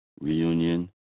reunion